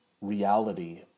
reality